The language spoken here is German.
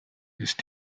ist